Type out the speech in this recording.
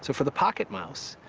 so for the pocket mouse,